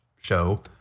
show